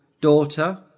Daughter